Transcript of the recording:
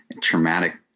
traumatic